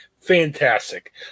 Fantastic